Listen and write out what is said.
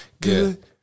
good